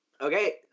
Okay